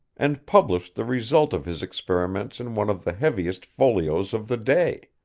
and published the result of his experiments in one of the heaviest folios of the day.